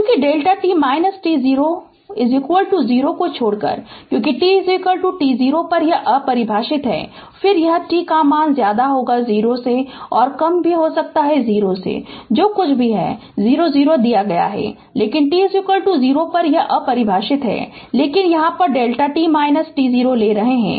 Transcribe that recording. चूंकि Δ t t0 0 को छोड़कर क्योंकि t t0 पर यह अपरिभाषित है फिर यह t 0 0 जो कुछ भी 0 0 दिया गया है लेकिन t 0 पर यह अपरिभाषित है लेकिन यहां Δ t t0 ले रहे हैं